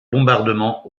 bombardements